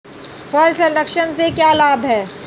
फल संरक्षण से क्या लाभ है?